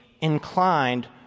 inclined